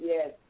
Yes